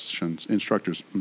instructors